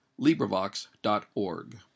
LibriVox.org